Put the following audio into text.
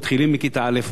מתחילים בכיתה א'.